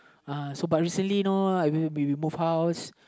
uh but recently you know we we moved house